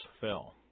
fell